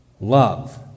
love